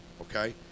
okay